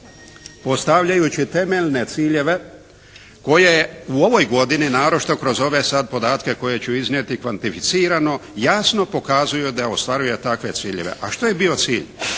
postavljajući temeljne ciljeve koje u ovoj godini naročito kroz ove sada podatke koje ću iznijeti kvantificirano, jasno pokazuju da ostvaruje takve ciljeve. A što je bio cilj?